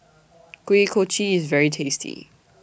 Kuih Kochi IS very tasty